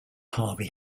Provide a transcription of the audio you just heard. harvey